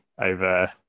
over